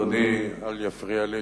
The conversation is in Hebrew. אדוני אל יפריע לי,